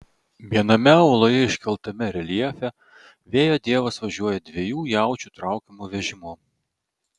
viename uoloje iškaltame reljefe vėjo dievas važiuoja dviejų jaučių traukiamu vežimu